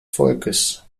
volkes